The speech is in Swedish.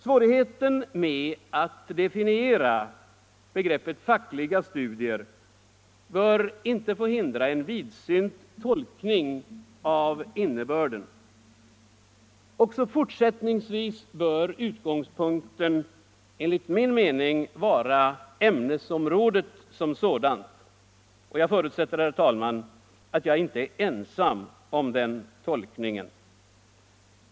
Svårigheten med att definiera begreppet fackliga studier bör inte få hindra en vidsynt tolkning av innebörden. Också fortsättningsvis bör utgångspunkten enligt min mening vara ämnesområdet som sådant. Jag förutsätter, herr talman, att jag inte är ensam om den tolkningen.